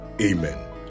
Amen